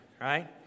right